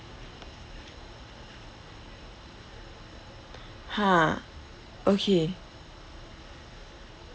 !huh! okay